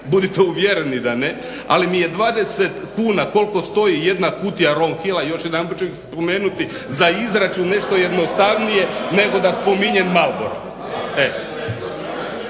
budite uvjereni da ne, ali mi je 20 kuna koliko stoji jedna kutija Ronhilla još jedanput ću ih spomenuti, za izračun nešto jednostavnije nego da spominjem Malboro.